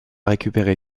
récupéré